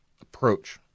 approach